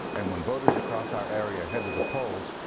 and when voters across our area head to the polls,